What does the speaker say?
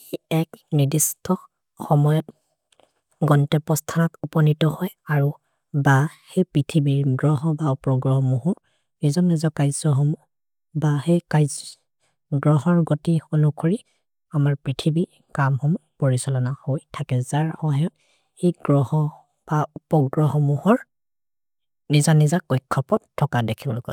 हेइ एक् नेदिस्थ हमयत् गन्ते पस्तनत् उपनितो होय् अरो ब हेइ पिथिबि ग्रहो ब उपग्र होमो हो नेजर् नेजर् कैसो होमो ब हेइ कैस् ग्रहोर् गति होनो कोरि अमर् पिथिबि कम् होमो परिसलन होय् थके जर् होहे हेइ ग्रहो ब उपग्र होमो हर् नेजर् नेजर् को एक पत् थक देखि घोरि।